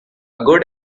good